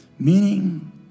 Meaning